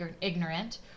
ignorant